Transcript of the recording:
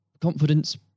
confidence